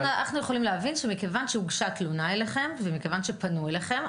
אנחנו יכולים להבין שמכיוון שהוגשה אליכם תלונה ומכיוון שפנו אליכם,